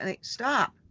stop